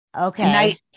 Okay